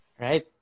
Right